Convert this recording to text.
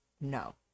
no